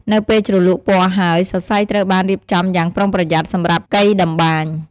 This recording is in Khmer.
នៅពេលជ្រលក់ពណ៌ហើយ សរសៃត្រូវបានរៀបចំយ៉ាងប្រុងប្រយ័ត្នសម្រាប់កីតម្បាញ។